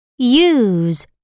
Use